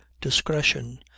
DISCRETION